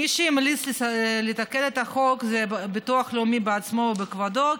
מי שהמליץ לי לתקן את החוק היה הביטוח הלאומי בכבודו ובעצמו,